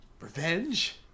Revenge